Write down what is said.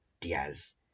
Diaz